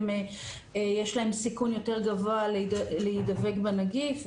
יש להם סיכון יותר גבוה להדבק בנגיף,